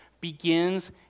begins